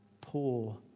poor